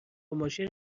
ماشین